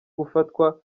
gufatwa